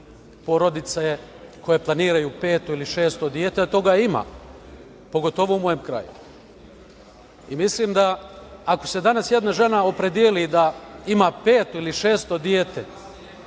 porodice koje planiraju peto ili šesto dete, a toga ima, pogotovo u mom kraju. Mislim da ako se danas jedna žena opredeli da ima peto ili šesto dete,